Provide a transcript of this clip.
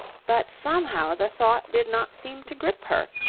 but somehow the thought did not seem to grip her.